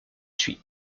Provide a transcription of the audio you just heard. suit